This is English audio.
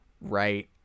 Right